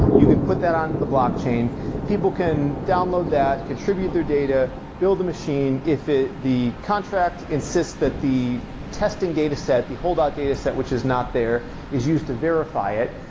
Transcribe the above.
you can put that onto the blockchain, people can download that, contribute their data, build a machine, if the contract insists that the testing data set, the holdout data set, which is not there is used to verify it,